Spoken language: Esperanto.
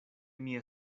mia